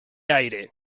aire